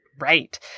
Right